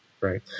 right